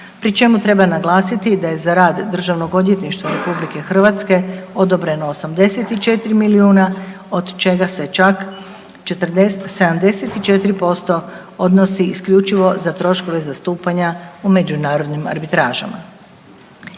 pri čemu naglasiti da je za rad Državnog odvjetništva RH odobreno 84 milijuna od čega se čak 40, 74% odnosi isključivo za troškove zastupanja u međunarodnim arbitražama.